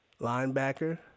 linebacker